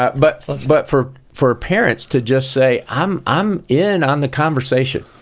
ah but but for for parents to just say, i'm i'm in on the conversation,